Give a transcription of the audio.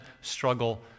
struggle